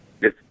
Yes